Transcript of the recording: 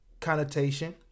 connotation